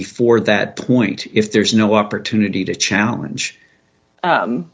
before that point if there is no opportunity to challenge